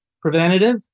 preventative